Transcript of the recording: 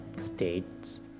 states